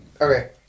okay